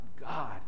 God